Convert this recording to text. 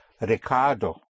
Ricardo